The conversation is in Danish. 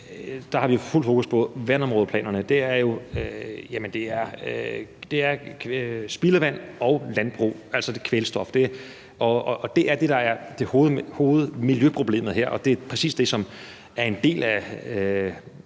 har vi fuld fokus på vandområdeplanerne. Det er spildevand og landbrug, altså kvælstof; det er det, der er hovedmiljøproblemet her, og det er præcis det, som er en del af